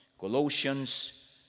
Colossians